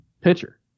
pitcher